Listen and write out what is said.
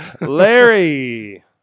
larry